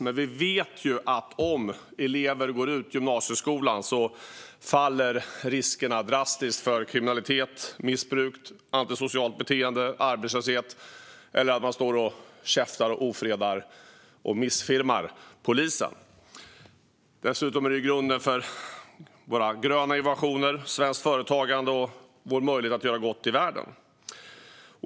Men vi vet att om elever går ut gymnasieskolan faller riskerna drastiskt för kriminalitet, missbruk, antisocialt beteende, arbetslöshet och att man står och käftar och ofredar och missfirmar polisen. Dessutom är skolan grunden för våra gröna innovationer, svenskt företagande och vår möjlighet att göra gott i världen.